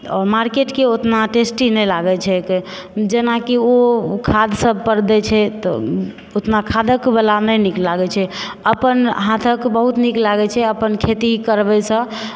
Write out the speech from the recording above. आओर मार्केटके ओतना टेस्टी नहि लागैत छैक जेनाकि ओ खाद्य सब पर दए छै तऽ ओतना खाद्यक वाला नहि नीक लागै छै अपन हाथक बहुत नीक लागै छै अपन खेती करबैसँ